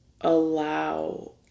allow